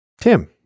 Tim